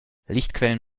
lichtquellen